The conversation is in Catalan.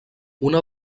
una